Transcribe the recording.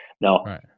Now